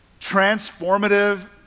transformative